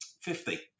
Fifty